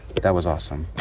that was awesome.